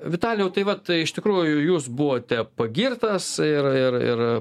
vitalijau tai va tai iš tikrųjų jūs buvote pagirtas ir ir ir